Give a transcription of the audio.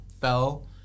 fell